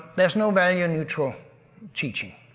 there's no value neutral teaching.